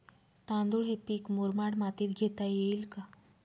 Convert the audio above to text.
तांदूळ हे पीक मुरमाड मातीत घेता येईल का?